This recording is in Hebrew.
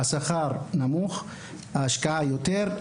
השכר נמוך וההשקעה גדולה יותר,